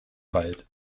wald